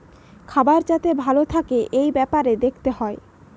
খাবার যাতে ভালো থাকে এই বেপারে দেখতে হয়